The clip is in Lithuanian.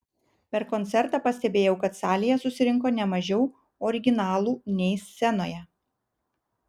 per koncertą pastebėjau kad salėje susirinko ne mažiau originalų nei scenoje